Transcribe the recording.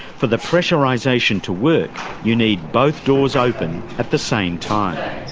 for the pressurisation to work, you need both doors open at the same time.